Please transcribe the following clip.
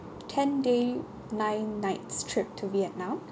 ten day nine nights trip to vietnam